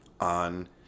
on